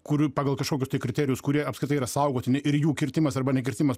kurių pagal kažkokius kriterijus kurie apskritai yra saugotini ir jų kirtimas arba nekirtimas